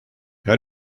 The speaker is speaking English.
how